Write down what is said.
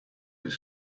his